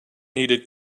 needed